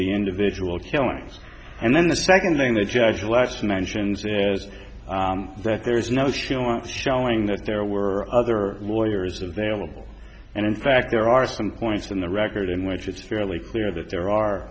the individual killings and then the second thing the judge lets mentions is that there is no show up showing that there were other lawyers available and in fact there are some points in the record in which it's fairly clear that there are